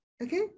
Okay